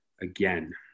again